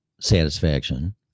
satisfaction